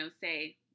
say